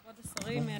כבוד השרים,